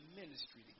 ministry